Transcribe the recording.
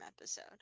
episode